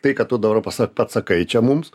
tai ką tu dabar pasa pats sakai čia mums